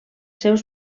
seus